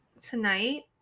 tonight